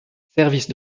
service